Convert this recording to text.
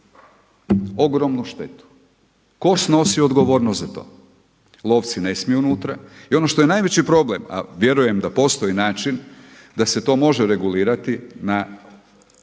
Ogromnu štetu. Tko snosi odgovornost za to? Lovci ne smiju unutra. I ono što je najveći problem, a vjerujem da postoji način da se to može regulirati na